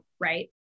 Right